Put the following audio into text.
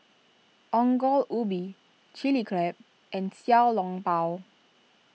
Ongol Ubi Chilli Crab and Xiao Long Bao